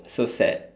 so sad